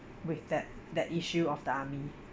with that that issue of the army